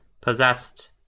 ...possessed